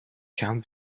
can